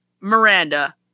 Miranda